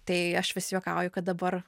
tai aš vis juokauju kad dabar